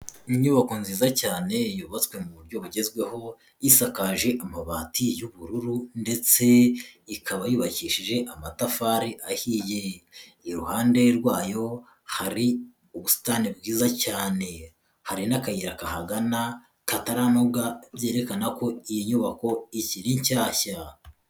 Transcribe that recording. Inyubako nziza cyane yubatswe mu buryo bugezweho, isakaje amabati y'ubururu ndetse ikaba yubakishije amatafari ahiye. Iruhande rwayo hari ubusitani bwiza cyane. Hari n'akayira kahagana kataranoga, byerekana ko iyi nyubako ikiri nshyashya.